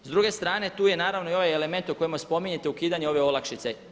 S druge strane tu je naravno i ovaj element u kojemu spominjete ukidanje ove olakšice.